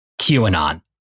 QAnon